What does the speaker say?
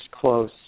close